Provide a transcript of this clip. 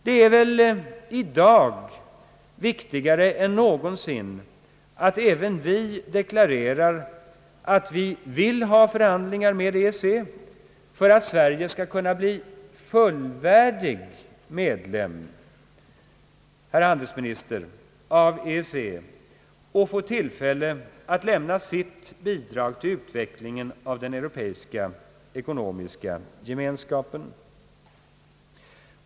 Det är i dag viktigare än någonsin att även vi deklarerar att vi vill ha förhandlingar med EEC för att Sverige skall kunna bli fullvärdig medlem, herr handelsminister, av EEC och få tillfälle att lämna sitt bidrag till utvecklingen av den europeiska ekonomiska gemenskapen.